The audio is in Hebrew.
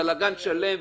יש בלגן שלם,